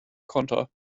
konter